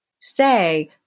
say